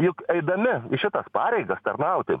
juk eidami į šitas pareigas tarnauti